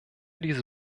diese